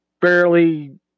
barely